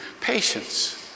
Patience